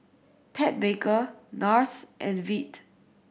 Ted Baker Nars and Veet